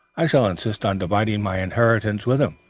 i shall insist on dividing my inheritance with him.